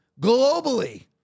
globally